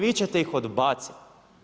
Vi ćete ih odbaciti.